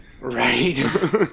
Right